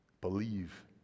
believe